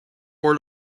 where